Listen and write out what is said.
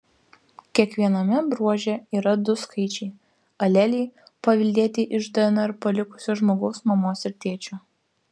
kiekviename bruože yra du skaičiai aleliai paveldėti iš dnr palikusio žmogaus mamos ir tėčio